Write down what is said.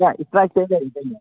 ꯏꯁꯇꯔꯥꯏꯛꯇꯤ ꯑꯩ ꯂꯩꯔꯦ ꯀꯩꯅꯣ